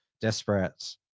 desperate